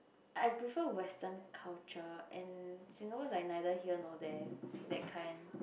I prefer Western culture and Singapore's like neither here nor there that kind